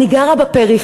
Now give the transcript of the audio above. אני גרה בפריפריה,